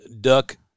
duck